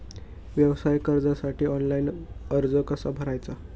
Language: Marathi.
व्यवसाय कर्जासाठी ऑनलाइन अर्ज कसा भरायचा?